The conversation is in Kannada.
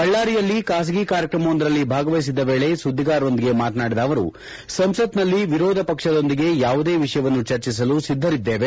ಬಳ್ಳಾರಿಯಲ್ಲಿ ಖಾಸಗಿ ಕಾರ್ಯಕ್ರಮವೊಂದರಲ್ಲಿ ಭಾಗವಹಿಸಿದ್ದ ವೇಳೆ ಸುದ್ದಿಗಾರರೊಂದಿಗೆ ಮಾತನಾಡಿದ ಅವರು ಸಂಸತ್ನಲ್ಲಿ ವಿರೋಧ ಪಕ್ಷದೊಂದಿಗೆ ಯಾವುದೇ ವಿಷಯವನ್ನು ಚರ್ಚಿಸಲು ಸಿದ್ದರಿದ್ದೇವೆ